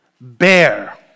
Bear